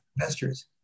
investors